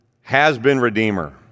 has-been-redeemer